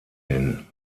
hin